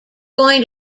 going